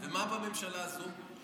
ומה בממשלה הזו?